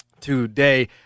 today